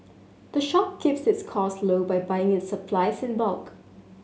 the shop keeps its costs low by buying its supplies in bulk